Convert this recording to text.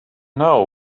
know